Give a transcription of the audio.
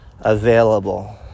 available